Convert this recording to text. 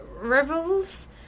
Revels